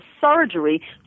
surgery